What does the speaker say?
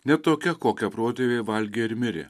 ne tokia kokią protėviai valgė ir mirė